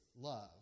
love